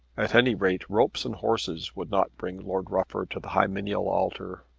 at any rate ropes and horses would not bring lord rufford to the hymeneal altar.